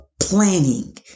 planning